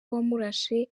wamurashe